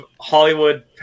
Hollywood